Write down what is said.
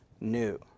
new